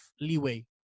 leeway